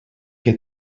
que